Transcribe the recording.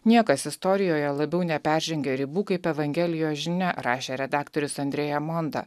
niekas istorijoje labiau neperžengia ribų kaip evangelijos žinia rašė redaktorius andrea monta